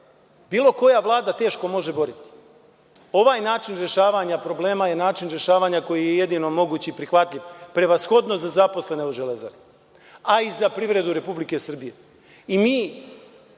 bilo koja vlada teško može boriti. Ovaj način rešavanja problema je način rešavanja koji je jedino moguć i prihvatljiv, prevashodno za zaposlene u „Železari“ a i za privredu Republike Srbije